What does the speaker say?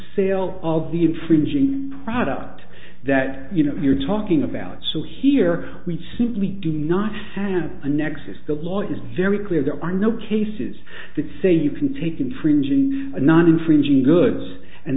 sale of the infringing product that you know you're talking about so here we simply do not have a nexus the law is very clear there are no cases that say you can take infringing non infringing goods and